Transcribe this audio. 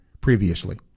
previously